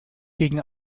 gegen